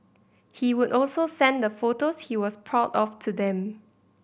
he would also send the photos he was proud of to them